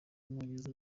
w’umwongereza